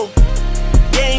Game